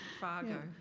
Fargo